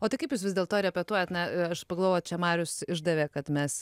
o tai kaip jūs vis dėlto repetuojat na aš pagalvojau va čia marius išdavė kad mes